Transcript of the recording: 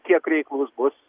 kiek reiklus bus